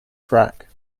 crack